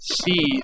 see